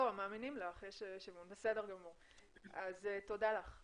תודה רבה לך.